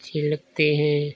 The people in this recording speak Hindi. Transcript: अच्छी लगती हैं